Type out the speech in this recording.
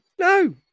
No